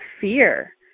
fear